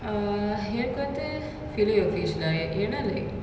uh எனக்கு வந்து:enaku vanthu fillet O fish lah ஏனா:yenaa like